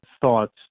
thought